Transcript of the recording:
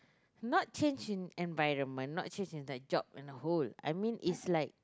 not change in environment not change in like job and whole I mean is like